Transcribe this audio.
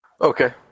Okay